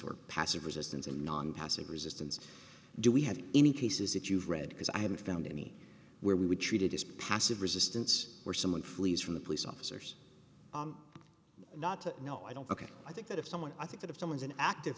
or passive resistance and non passive resistance do we have any cases that you've read because i haven't found any where we would treat it as passive resistance where someone flees from the police officers not to know i don't ok i think that if someone i think that if someone's an active